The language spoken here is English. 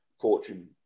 coaching